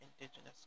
indigenous